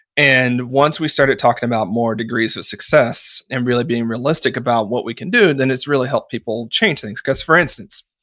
and once we started talking about more degrees of success and really being realistic about what we could do, then it's really helped people change things because, for instance,